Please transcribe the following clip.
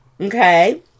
Okay